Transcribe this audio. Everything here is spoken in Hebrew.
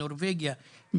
נורבגיה,